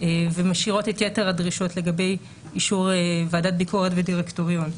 ומשאירות את יתר הדרישות לגבי אישור ועדת ביקורת ודירקטוריון.